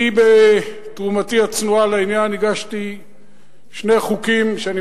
אני בתרומתי הצנועה לעניין הגשתי שני חוקים שאני